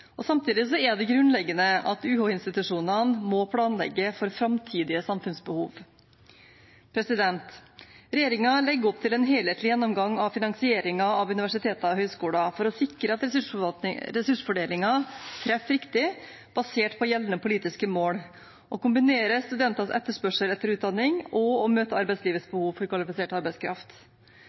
Samtidig er det grunnleggende at UH-institusjonene må planlegge for framtidige samfunnsbehov. Regjeringen legger opp til en helhetlig gjennomgang av finansieringen av universiteter og høyskoler for å sikre at ressursfordelingen treffer riktig, basert på gjeldende politiske mål: å kombinere studentenes etterspørsel etter utdanning og å møte arbeidslivets behov for kvalifisert arbeidskraft.